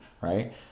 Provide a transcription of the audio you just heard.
right